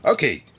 Okay